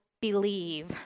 believe